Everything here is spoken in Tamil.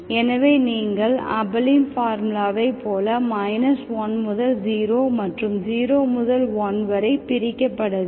எனவே நீங்கள் ஆபெலின் பார்முலாவை போல 1 முதல் 0 மற்றும் 0 முதல் 1 வரை பிரிக்கப்படவில்லை